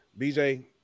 BJ